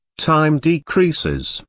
time decreases,